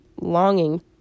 longing